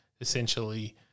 essentially